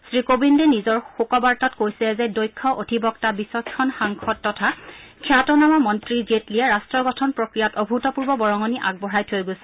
শ্ৰীকোবিন্দে নিজৰ শোকবাৰ্তাত কৈছে যে দক্ষ অধিবক্তা বিচক্ষণ সাংসদ তথা খ্যাতনামা মন্ত্ৰী জেটলীয়ে ৰাষ্ট্ৰ গঠন প্ৰক্ৰিয়াত অভূতপূৰ্ব বৰঙণি আগবঢ়াই থৈ গৈছে